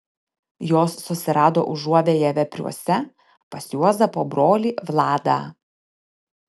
jos susirado užuovėją vepriuose pas juozapo brolį vladą